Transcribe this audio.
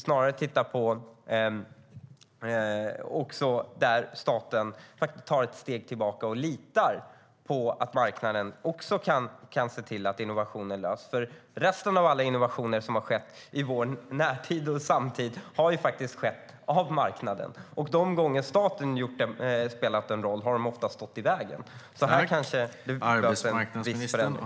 Staten måste också ta ett steg tillbaka och lita på att marknaden kan se till att innovationer sker. Resten av alla innovationer som har skett i vår närtid och samtid har gjorts av marknaden. De gånger staten spelat en roll har staten oftast stått i vägen. Här kanske det behövs en viss förändring.